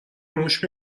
موش